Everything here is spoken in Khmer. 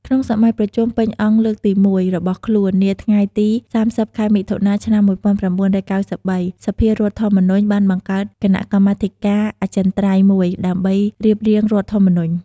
ក្នុងសម័យប្រជុំពេញអង្គលើកទី១ របស់ខ្លួន នាថ្ងៃទី៣០ ខែមិថុនា ឆ្នាំ១៩៩៣ សភាធម្មនុញ្ញបានបង្កើតគណៈកម្មាធិការអចិន្ត្រៃយ៍មួយ ដើម្បីរៀបរៀងរដ្ឋធម្មនុញ្ញ។